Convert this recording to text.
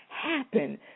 happen